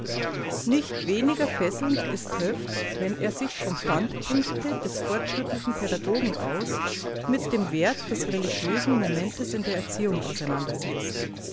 nicht weniger fesselnd ist höft wenn er sich vom standpunkte des fortschrittlichen pädagogen aus mit dem wert des religiösen momentes in der erziehung auseinandersetzt